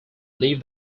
leave